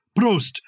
Prost